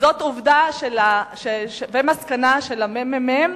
וזאת עובדה ומסקנה של הממ"מ,